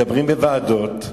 מדברים בוועדות,